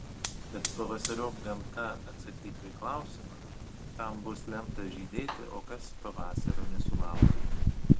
kad pavasariop gamta atsakytų į klausimą kam bus lemta žydėti o kas pavasario nesulaukė